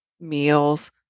meals